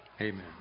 Amen